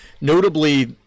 Notably